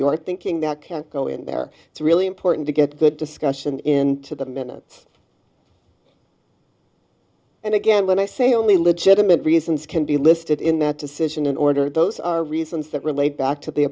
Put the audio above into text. are thinking that can go in there it's really important to get good discussion in to the minutes and again when i say only legitimate reasons can be listed in that decision in order those are reasons that relate back to the